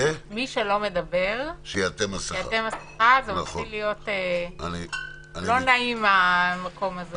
זה מתחיל להיות לא נעים המקום הזה.